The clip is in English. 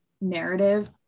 narrative